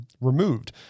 removed